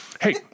Hey